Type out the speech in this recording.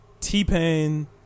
T-Pain